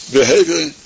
behavior